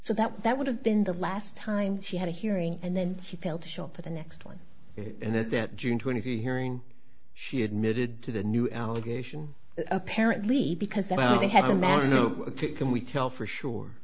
so that that would have been the last time she had a hearing and then she failed to show up for the next one and that that june twenty third hearing she admitted to the new allegation apparently because the day had a man can we tell for sure